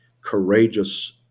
courageous